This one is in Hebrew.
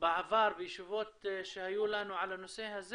בעבר בישיבות שהיו לנו על הנושא הזה